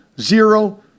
Zero